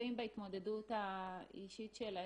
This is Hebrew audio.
ונמצאים בהתמודדות האישית שלהם.